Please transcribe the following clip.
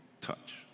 touch